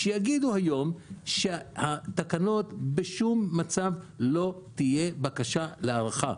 שיגידו היום שהתקנות בשום מצב לא תהיה בקשה להארכה.